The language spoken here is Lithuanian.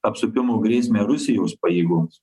apsupimų grėsmę rusijos pajėgoms